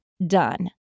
Done